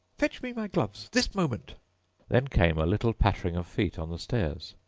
fetch me my gloves this moment then came a little pattering of feet on the stairs.